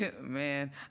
Man